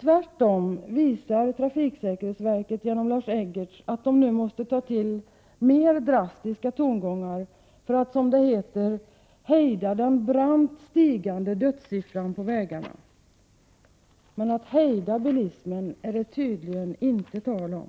Tvärtom, trafiksäkerhetsverket visar genom Lars Eggertz att man nu måste ta till mer drastiska tongångar för att, som det heter, hejda den brant stigande dödssiffran på vägarna. Men det är tydligen inte tal om att hejda bilismen.